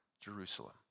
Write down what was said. Jerusalem